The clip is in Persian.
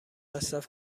مصرف